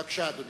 בבקשה, אדוני.